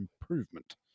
improvement